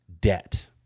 debt